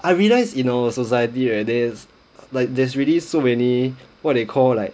I realized you know society right there's like there's really so many what they call like